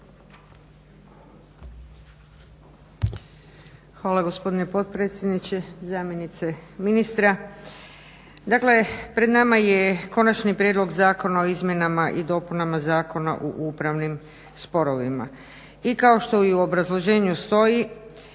Hvala gospodine potpredsjedniče. Zamjenice ministra. Dakle pred nama je Konačni prijedlog zakona o izmjenama i dopunama Zakona o upravnim sporovima i kao što i u obrazloženju stoji